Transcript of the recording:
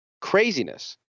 craziness